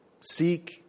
Seek